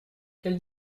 quel